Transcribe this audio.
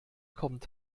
kommt